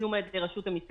התשלום על ידי רשות המיסים.